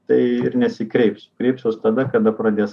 tai ir nesikreips kreipsiuos tada kada pradės